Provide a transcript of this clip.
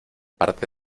parte